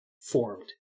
formed